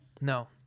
No